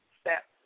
step